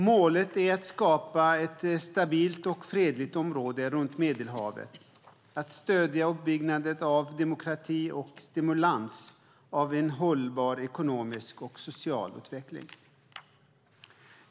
Målet är att skapa ett stabilt och fredligt område runt Medelhavet, att stödja uppbyggnaden av demokrati och att stimulera en hållbar ekonomisk och social utveckling.